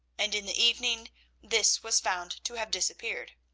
and in the evening this was found to have disappeared.